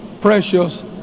precious